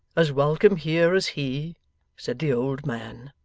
as welcome here as he said the old man.